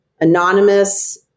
anonymous